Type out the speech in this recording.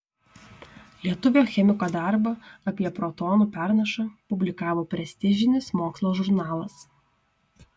lietuvio chemiko darbą apie protonų pernašą publikavo prestižinis mokslo žurnalas